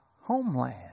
homeland